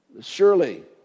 surely